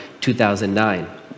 2009